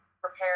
prepare